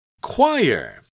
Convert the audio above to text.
Choir